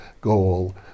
goal